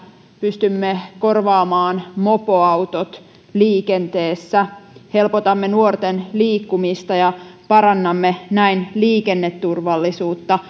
pystymme korvaamaan mopoautot liikenteessä helpotamme nuorten liikkumista ja parannamme näin liikenneturvallisuutta